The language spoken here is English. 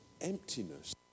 emptiness